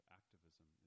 activism